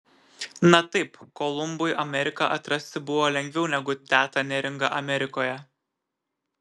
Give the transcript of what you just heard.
na taip kolumbui ameriką atrasti buvo lengviau negu tetą neringą amerikoje